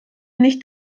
nicht